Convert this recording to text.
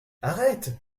arrête